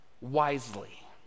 wisely